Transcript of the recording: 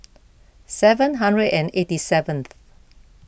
seven hundred and eighty seventh